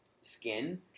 skin